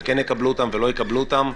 וכן יקבלו אותן ולא יקבלו אותן.